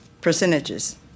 percentages